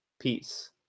Peace